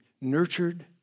nurtured